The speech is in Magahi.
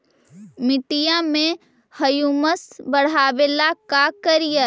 मिट्टियां में ह्यूमस बढ़ाबेला का करिए?